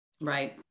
Right